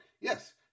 yes